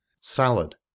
salad